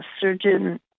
surgeon